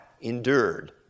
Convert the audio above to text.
endured